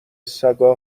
سگا